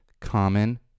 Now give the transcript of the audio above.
common